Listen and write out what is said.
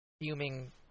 fuming